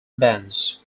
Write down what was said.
bands